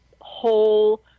whole